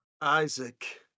Isaac